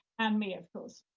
and me, of course.